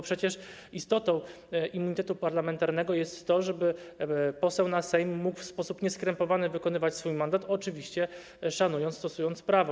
Przecież istotą immunitetu parlamentarnego jest to, żeby poseł na Sejm mógł w sposób nieskrępowany wykonywać swój mandat, oczywiście szanując, stosując prawo.